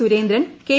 Surendran K